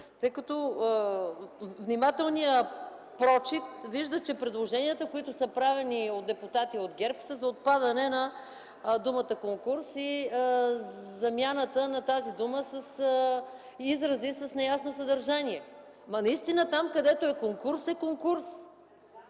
тъй като при внимателния прочит се вижда, че предложенията, които са правени от депутати от ГЕРБ, са за отпадане на думата „конкурс” и замяната на тази дума с изрази с неясно съдържание. Наистина там, където е конкурс, е конкурс,